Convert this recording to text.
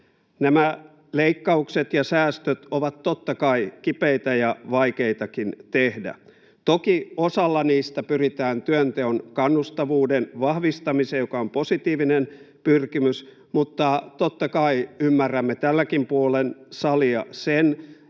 Nämä leikkaukset ja säästöt ovat, totta kai, kipeitä ja vaikeitakin tehdä. Toki osalla niistä pyritään työnteon kannustavuuden vahvistamiseen, joka on positiivinen pyrkimys, mutta totta kai ymmärrämme tälläkin puolen salia sen,